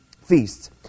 feasts